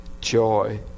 joy